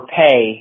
pay